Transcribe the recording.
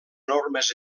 normes